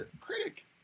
critic